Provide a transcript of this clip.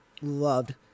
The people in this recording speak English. loved